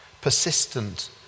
persistent